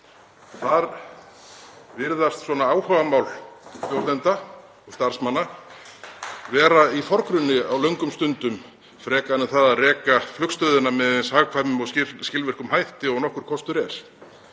þar virðast áhugamál stjórnenda og starfsmanna vera í forgrunni á löngum stundum, frekar en það að reka flugstöðina með eins hagkvæmum og skilvirkum hætti og nokkur kostur er.